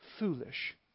Foolish